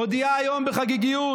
היא מודיעה היום בחגיגיות: